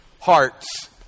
hearts